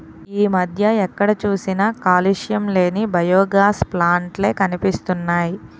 ఈ మధ్య ఎక్కడ చూసినా కాలుష్యం లేని బయోగాస్ ప్లాంట్ లే కనిపిస్తున్నాయ్